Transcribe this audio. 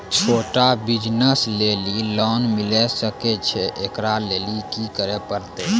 छोटा बिज़नस लेली लोन मिले सकय छै? एकरा लेली की करै परतै